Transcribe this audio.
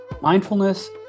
mindfulness